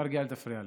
מרגי, אל תפריע לי.